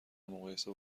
مقایسه